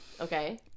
Okay